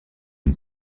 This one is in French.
une